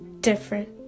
different